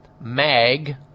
mag